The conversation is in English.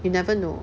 you never know